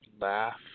laugh